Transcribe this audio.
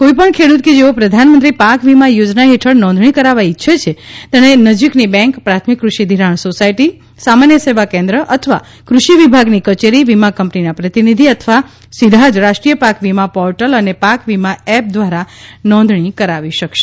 કોઈપણ ખેડૂત કે જેઓ પ્રધાનમંત્રી પાક વીમા યોજના હેઠળ નોંધણી કરાવવા ઇચ્છે છે તેણે નજીકની બેંક પ્રાથમિક કૃષિ ઘિરાણ સોસાયટી સામાન્ય સેવા કેન્દ્ર અથવા કૃષિ વિભાગની કચેરી વીમા કંપનીના પ્રતિનિધિ અથવા સીધા જ રાષ્ટ્રીય પાક વીમા પોર્ટલ અને પાક વીમા એપ દ્વારા નોધણી કરવી શકશે